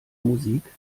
musik